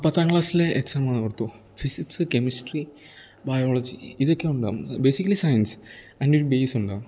പത്താം ക്ലാസ്സിലേ എക്സാമാണെന്നോർത്തോ ഫിസിക്സ് കെമിസ്ട്രി ബയോളജി ഇതൊക്കെ ഉണ്ടാകും ബേസിക്കലി സയൻസ് അതിനൊരു ബെയ്സുണ്ടാകും